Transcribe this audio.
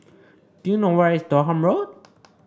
do you know where is Durham Road